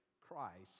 Christ